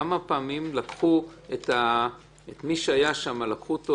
כמה פעמים מי שהיה שם לקחו אותו